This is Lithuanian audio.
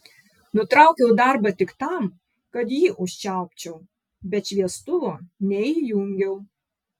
nutraukiau darbą tik tam kad jį užčiaupčiau bet šviestuvo neįjungiau